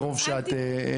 מרוב שאת תופסת את הצד הזה.